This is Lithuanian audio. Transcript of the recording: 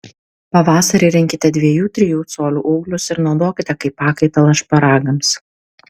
pavasarį rinkite dviejų trijų colių ūglius ir naudokite kaip pakaitalą šparagams